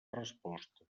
resposta